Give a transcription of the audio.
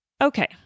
Okay